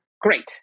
great